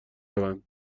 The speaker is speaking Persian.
شوند